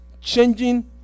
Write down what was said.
changing